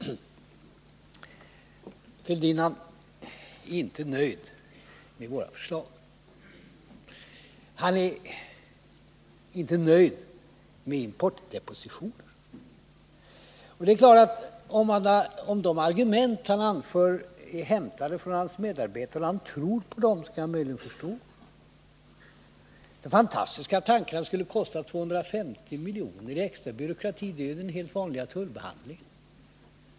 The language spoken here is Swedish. Thorbjörn Fälldin är inte nöjd med våra förslag. Han är inte nöjd med importdepositioner. De argument han anför är hämtade från hans medarbetare, och att han tror på dem kan jag förstå. Men att det skulle kosta 250 miljoner i extra byråkrati är en fantastisk tanke. Det rör sig om den helt vanliga tullbehandlingen.